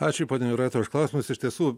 ačiū pone jūrate už klausimus iš tiesų